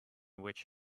which